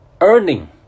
earning